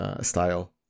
style